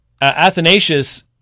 Athanasius